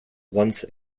once